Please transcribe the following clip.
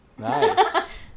Nice